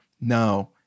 No